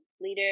leader